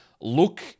look